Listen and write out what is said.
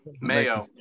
Mayo